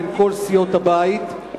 בין כל סיעות הבית,